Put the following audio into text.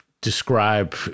describe